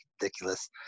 ridiculous